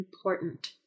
important